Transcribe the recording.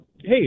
hey